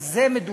על זה מדובר.